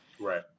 right